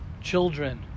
children